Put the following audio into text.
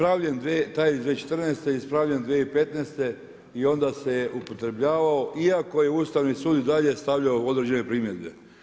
Taj iz 2014. ispravljen 2015. i onda se upotrebljavao iako je Ustavni sud i dalje stavljao određene primjedbe.